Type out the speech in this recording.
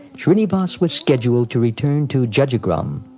shrinivas was scheduled to return to jajigram.